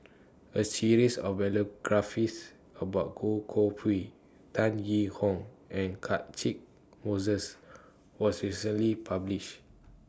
A series of biographies about Goh Koh Pui Tan Yee Hong and Catchick Moses was recently published